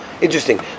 Interesting